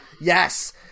Yes